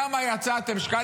שם, שם,